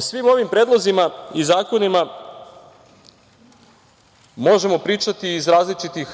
svim ovim predlozima i zakonima možemo pričati iz različitih